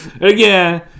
Again